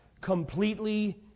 completely